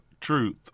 truth